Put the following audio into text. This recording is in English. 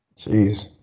Jeez